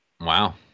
wow